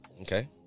Okay